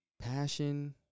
passion